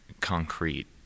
concrete